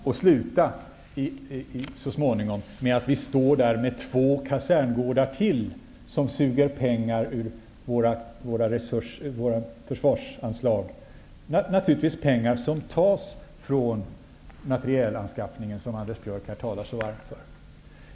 Så småningom kommer det att sluta med att vi står där med ytterligare två kaserngårdar som suger pengar från våra försvarsanslag. Det är pengar som naturligtvis tas från materielanskaffningen, som Anders Björck här talar så varmt för.